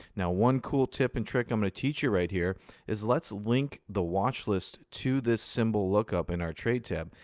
now, one cool tip and trick um and a teacher right here is let's link the watchlist to this symbol look-up in our trade tab.